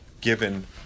given